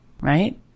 right